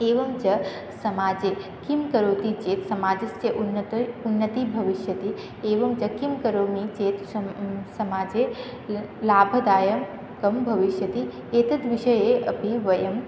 एवं च समाजे किं करोति चेत् समाजस्य उन्नतौ उन्नतिः भविष्यति एवं च किं करोमि चेत् शम् समाजे ल् लाभदायकं भविष्यति एतत् विषये अपि वयं